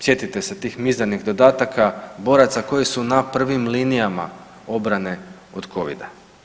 Sjetite se tih mizernih dodataka boraca koji su na prvim linijama obrane od Covid-a.